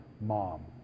mom